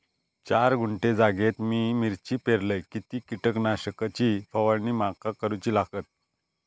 चार गुंठे जागेत मी मिरची पेरलय किती कीटक नाशक ची फवारणी माका करूची लागात?